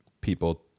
people